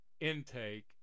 Intake